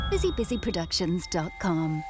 BusyBusyProductions.com